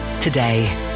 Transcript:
Today